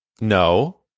No